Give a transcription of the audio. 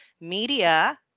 media